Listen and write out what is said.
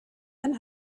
and